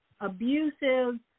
Abusive